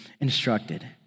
instructed